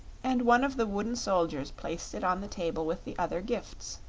and one of the wooden soldiers placed it on the table with the other gifts.